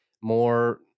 more